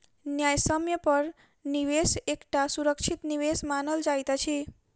न्यायसम्य पर निवेश एकटा सुरक्षित निवेश मानल जाइत अछि